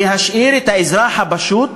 להשאיר את האזרח הפשוט